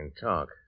talk